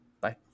Bye